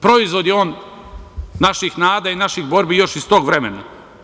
Proizvod je on naših nada i naših borbi još iz tog vremena.